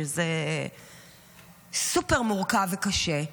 שזה סופר-מורכב וקשה,